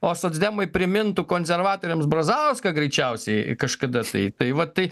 o socdemai primintų konservatoriams brazauską greičiausiai kažkada tai tai va tai